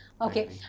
Okay